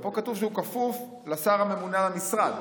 פה כתוב שהוא כפוף לשר הממונה על משרד.